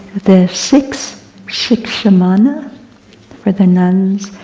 the six shikshamana for the nuns,